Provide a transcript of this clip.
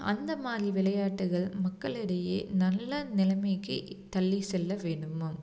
அந்தமாதிரி விளையாட்டுகள் மக்களிடையே நல்ல நிலமைக்கு தள்ளி செல்ல வேண்டுமாம்